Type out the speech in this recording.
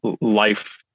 life